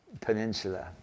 peninsula